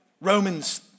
Romans